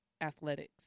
athletics